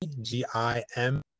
G-I-M